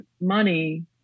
money